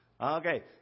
Okay